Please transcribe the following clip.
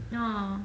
ah